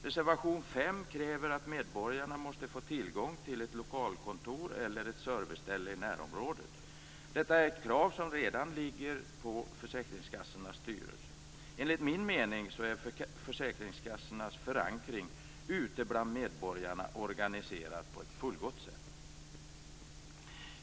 Reservation 5 kräver att medborgarna måste få tillgång till ett lokalkontor eller ett serviceställe i närområdet. Detta är ett krav som redan ligger på försäkringskassornas styrelser. Enligt min mening är försäkringskassornas förankring ute bland medborgarna organiserad på ett fullgott sätt.